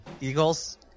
Eagles